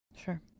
Sure